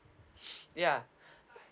ya